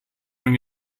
only